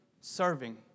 serving